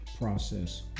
process